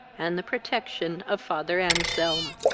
and the protection of father anselm.